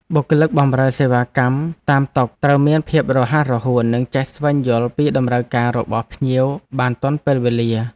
បុគ្គលិកបម្រើសេវាកម្មតាមតុត្រូវមានភាពរហ័សរហួន និងចេះស្វែងយល់ពីតម្រូវការរបស់ភ្ញៀវបានទាន់ពេលវេលា។